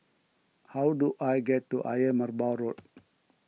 how do I get to Ayer Merbau Road